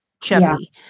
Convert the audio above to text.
chubby